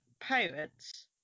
pirates